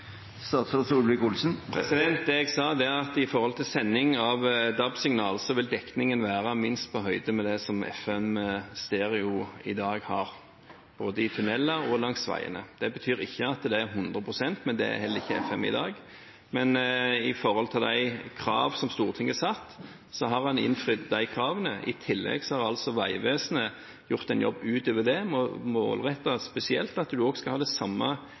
Jeg sa at når det gjelder sending av DAB-signal, vil dekningen være minst på høyde med det FM stereo har i dag, både i tuneller og langs veiene. Det betyr ikke at det er 100 pst., men det er heller ikke FM i dag. Med hensyn til de kravene Stortinget har satt, har en innfridd disse. I tillegg har Vegvesenet gjort en jobb utover det ved et spesielt mål om å ha samme dekning langs veiene som FM har. Det